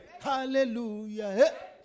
hallelujah